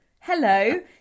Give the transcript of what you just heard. hello